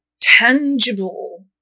tangible